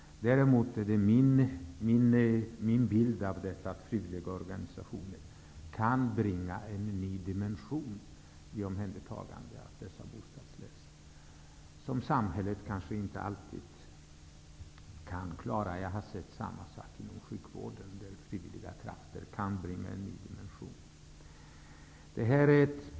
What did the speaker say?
Däremot är det min uppfattning att frivilliga organisationer kan tillföra en ny dimension till omhändertagandet av dessa bostadslösa som samhället kanske inte alltid kan klara. Jag har sett samma sak inom sjukvården, där frivilliga krafter kan tillföra en ny dimension.